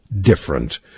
different